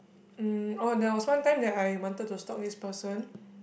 um oh there was one time that I wanted to stalk this person